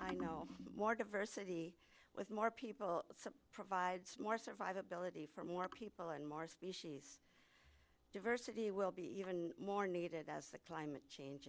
i know more diversity with more people provides more survivability for more people on mars species diversity will be even more needed as the climate change